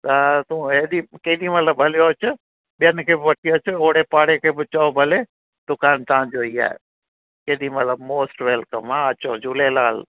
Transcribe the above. त तूं हेॾी केॾीमहिल बि हलियो अचु ॿियनि खे बि वठी अचु ओड़े पाड़े खे बि चओ भले दुकान तव्हां जो ई आहे केॾीमहिल बि मोस्ट वेल्कम हां अचो झूलेलाल